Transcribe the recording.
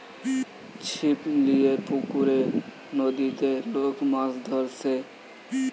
ছিপ লিয়ে পুকুরে, নদীতে লোক মাছ ধরছে